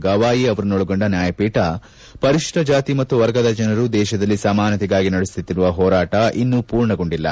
ಗವಾಯಿ ಅವರನ್ನೊಳಗೊಂಡ ನ್ಲಾಯಪೀಠ ಪರಿಶಿಷ್ಟ ಜಾತಿ ಮತ್ತು ವರ್ಗದ ಜನರು ದೇಶದಲ್ಲಿ ಸಮಾನತೆಗಾಗಿ ನಡೆಸುತ್ತಿರುವ ಹೋರಾಟ ಇನ್ನೂ ಪೂರ್ಣಗೊಂಡಿಲ್ಲ